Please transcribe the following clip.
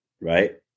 right